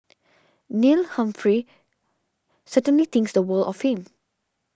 Neil Humphrey certainly thinks the world of him